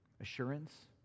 assurance